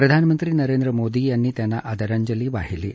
प्रधानमंत्री नरेंद्र मोदी यांनी त्यांना आदरांजली वाहिली आहे